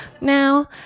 now